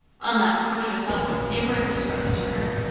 unless, which was seldom, a word was spoken to her.